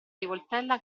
rivoltella